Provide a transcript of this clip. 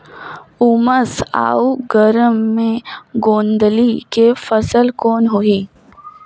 उमस अउ गरम मे गोंदली के फसल कौन होही?